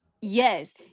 yes